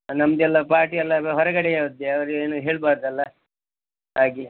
ನಮ್ಮದೆಲ್ಲ ಪಾರ್ಟಿ ಎಲ್ಲ ಹೊರಗಡೆ ಇರುತ್ತೆ ಅವ್ರು ಏನು ಹೇಳಬಾರ್ದಲ್ಲ ಹಾಗೆ